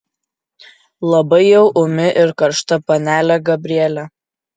labai jau ūmi ir karšta panelė gabrielė